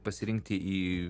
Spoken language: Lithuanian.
pasirinkti į